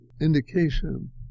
indication